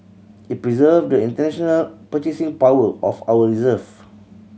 it preserve the international purchasing power of our reserve